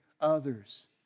others